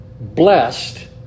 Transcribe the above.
blessed